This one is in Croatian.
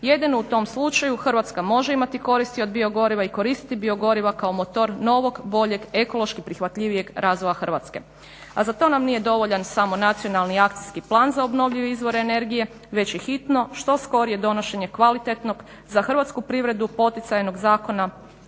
Jedino u tom slučaju Hrvatska može imati koristi od biogoriva i koristiti biogoriva kao motor novog, boljeg, ekološki prihvatljivijeg razvoja Hrvatske. A za to nam nije dovoljan samo nacionalni akcijski plan za obnovljive izvore energije već i hitno što skorije donošenje kvalitetnog za hrvatsku privredu poticajnog Zakona